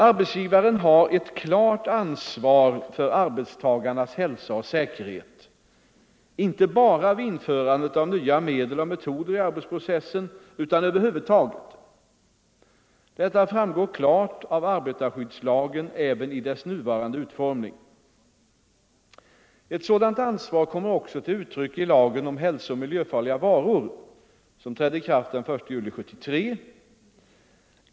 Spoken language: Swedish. Arbetsgivarna har ett klart ansvar för arbetstagarnas hälsa och säkerhet, inte bara vid införandet av nya medel och metoder i arbetsprocessen utan över huvud taget. Detta framgår klart av arbetarskyddslagen även i dess nuvarande utformning. Ett sådant ansvar kommer också till uttryck i lagen om hälsooch miljöfarliga varor som trädde i kraft den 1 juli 1973.